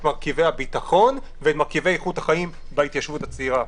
מרכיבי הביטחון ומרכיבי איכות החיים בהתיישבות הצעירה.